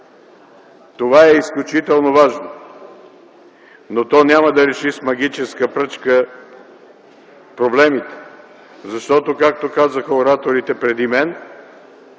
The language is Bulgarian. Това е изключително важно, но то няма да реши с магическа пръчка проблемите, защото както казаха ораторите преди мен,